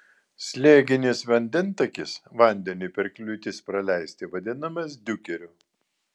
slėginis vandentakis vandeniui per kliūtis praleisti vadinamas diukeriu